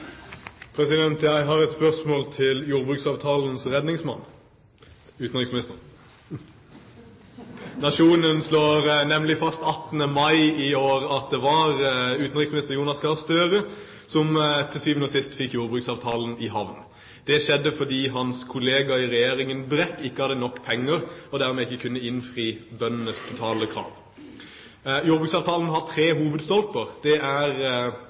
Jeg har et spørsmål til jordbruksavtalens redningsmann – utenriksministeren. Nationen slår nemlig fast 18. mai i år at det var utenriksminister Jonas Gahr Støre som til syvende og sist fikk jordbruksavtalen i havn. Det skjedde fordi hans kollega i regjeringen, Brekk, ikke hadde nok penger, og dermed ikke kunne innfri bøndenes totale krav. Jordbruksavtalen har tre hovedstolper. Det er